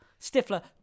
Stifler